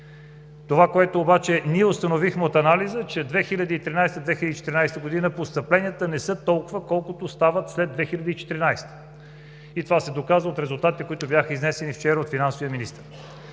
Това, което обаче ние установихме от анализа, е, че 2013 – 2014 г. постъпленията не са толкова, колкото стават след 2014 г. И това се доказа от резултатите, които бяха изнесени вчера от финансовия министър.